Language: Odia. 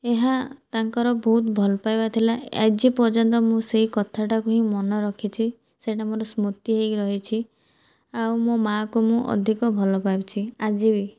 ଏହା ତାଙ୍କର ବହୁତ ଭଲ ପାଇବା ଥିଲା ଆଜି ପର୍ଯ୍ୟନ୍ତ ମୁଁ ସେଇ କଥାଟାକୁ ହିଁ ମନେ ରଖିଛି ସେଟା ମୋର ସ୍ମୃତି ହୋଇକି ରହିଛି ଆଉ ମୋ ମାଆକୁ ମୁଁ ଅଧିକ ଭଲ ପାଉଛି ଆଜି ବି